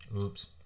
Oops